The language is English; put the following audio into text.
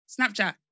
Snapchat